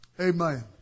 Amen